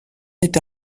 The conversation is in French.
n’est